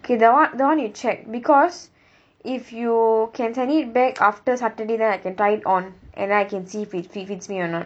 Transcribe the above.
okay that [one] that [one] you check because if you can send it back after saturday then I can try it on and then I can see if it fits me or not